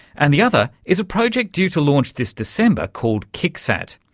and the other is a project due to launch this december called kicksat.